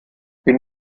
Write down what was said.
bin